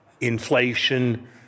inflation